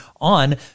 on